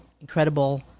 incredible